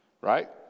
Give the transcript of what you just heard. Right